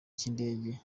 cy’indege